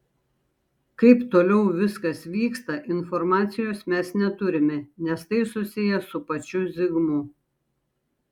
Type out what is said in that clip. kaip toliau viskas vyksta informacijos mes neturime nes tai susiję su pačiu zigmu